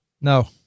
No